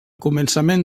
començament